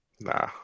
nah